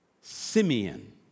Simeon